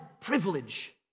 privilege